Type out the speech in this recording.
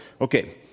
okay